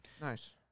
Nice